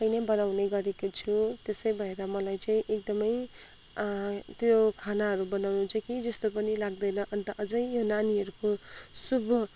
आफै नै बनाउने गरेकी छु त्यसै भएर मलाई चाहिँ एकदमै त्यो खानाहरू बनाउनु चाहिँ केही जस्तो पनि लाग्दैन अन्त अझै यो नानीहरूको शुभ